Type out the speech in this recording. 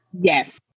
Yes